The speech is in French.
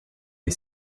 les